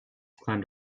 climbed